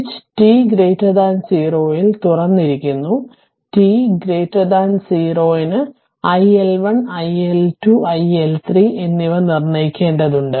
switch t 0 ൽ തുറന്നിരിക്കുന്നു t 0 ന് iL1 iL2 i L3 എന്നിവ നിർണ്ണയിക്കേണ്ടതുണ്ട്